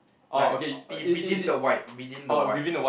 like uh within the white within the white